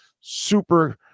super